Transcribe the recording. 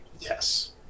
yes